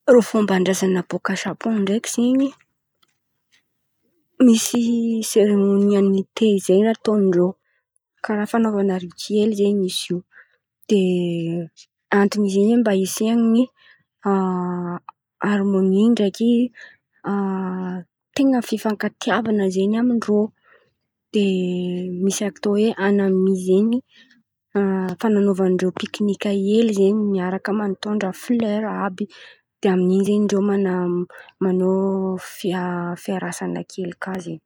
Irô fômba ndrazana baka Zapôn ndreky zen̈y misy seremony amite zen̈y ataon-drô, karà fanaovana rikely zen̈y izo. De antony izen̈y mba hisiany, arimôny ndreky tena fifankatiavana izen̈y amin-drô de misy atao e anamy zen̈y fananaovan-drô pekinika hely zen̈y miaraka man̈atôndra folera àby. De amin'in̈y zen̈y irô manao man̈a fiarasana fiarsana kely kà zen̈y.